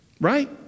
Right